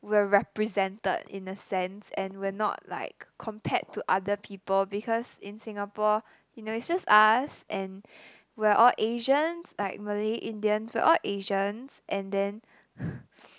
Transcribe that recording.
we're represented in a sense and we're not like compared to other people because in Singapore you know it's just us and we're all Asians like Malay Indians we're all Asians and then